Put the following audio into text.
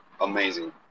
amazing